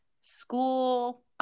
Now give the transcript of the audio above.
school